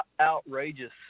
outrageous